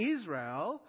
Israel